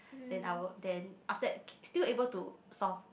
then I will then after that still able to solve